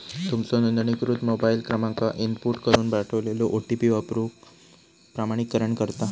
तुमचो नोंदणीकृत मोबाईल क्रमांक इनपुट करून पाठवलेलो ओ.टी.पी वापरून प्रमाणीकरण करा